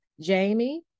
Jamie